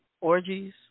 orgies